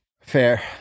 Fair